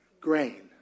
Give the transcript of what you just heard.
grain